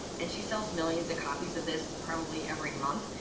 and she sells millions of copies of this probably every month.